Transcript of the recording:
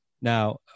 Now